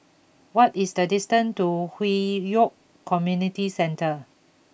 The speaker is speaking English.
what is the distance to Hwi Yoh Community Centre